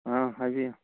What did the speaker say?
ꯑꯥ ꯍꯥꯏꯕꯤꯌꯨ